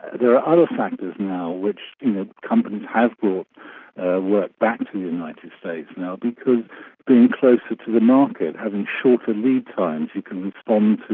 there are other factors now which companies have brought work back to the united states now, because being closer to the market, having shorter lead times, you can respond